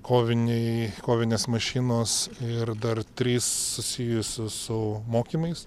koviniai kovinės mašinos ir dar trys susijusių su mokymais